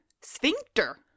sphincter